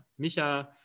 micha